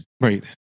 right